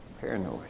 paranoid